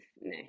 No